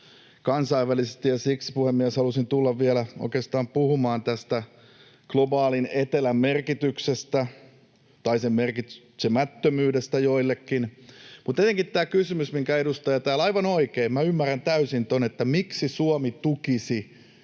kansainvälisesti, ja siksi, puhemies, halusin tulla vielä oikeastaan puhumaan tästä globaalin etelän merkityksestä tai sen merkityksettömyydestä joillekin. Mutta jotenkin tämä kysymys, minkä edustaja täällä esitti... Aivan oikein, minä ymmärrän täysin tuon. Miksi Suomi tukisi,